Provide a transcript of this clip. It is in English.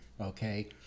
okay